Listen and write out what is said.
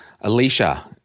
Alicia